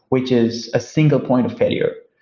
which is a single point of failure.